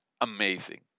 amazing